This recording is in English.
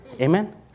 Amen